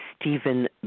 Stephen